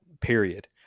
period